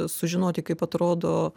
sužinoti kaip atrodo